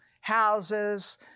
houses